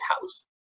house